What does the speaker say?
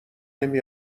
نمی